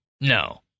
No